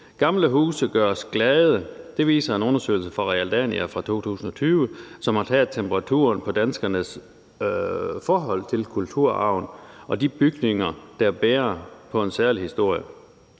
Gamle huse gør os glade – det viser en undersøgelse fra Realdania fra 2020, som har taget temperaturen på danskernes forhold til kulturarven og de bygninger, der bærer på en særlig historie.